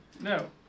No